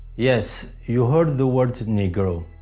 yes, you heard the word negro!